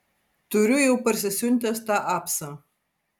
turiu jau parsisiuntęs tą apsą